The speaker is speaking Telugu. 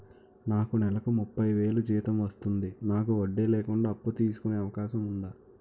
నాకు నేలకు ముప్పై వేలు జీతం వస్తుంది నాకు వడ్డీ లేకుండా అప్పు తీసుకునే అవకాశం ఉందా